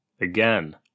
Again